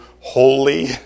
holy